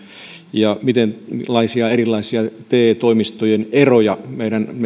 ja miten erilaisia erilaisia te toimistojen eroja meidän